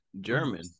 German